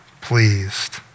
pleased